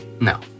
No